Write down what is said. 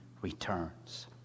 returns